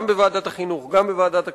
גם בוועדת החינוך וגם בוועדת הכספים.